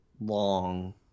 long